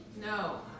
No